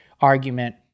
argument